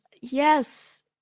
Yes